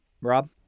Rob